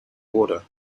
order